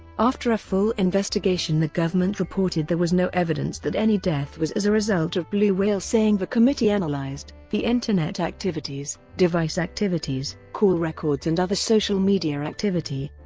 after a full investigation the government reported there was no evidence that any death was as a result of blue whale saying the committee analysed the internet activities, device activities, call records and other social media activity,